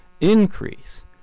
increase